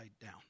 down